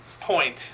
point